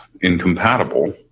incompatible